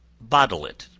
bottle it,